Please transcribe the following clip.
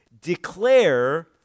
declare